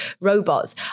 robots